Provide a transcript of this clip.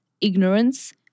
ignorance